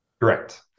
Correct